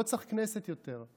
לא צריך כנסת יותר.